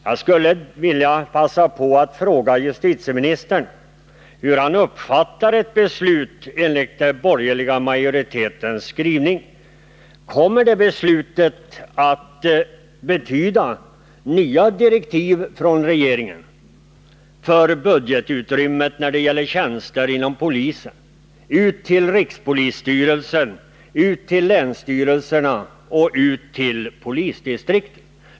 Jag skulie vilja passa på att fråga justitieministern hur han uppfattar ett beslut enligt den borgerliga majoritetens skrivning: Kommer det beslutet att betyda nya direktiv från regeringen för budgetutrymmet när det gäller tjänster inom polisen, till rikspolisstyrelsen, länsstyrelserna och polisdistrikten?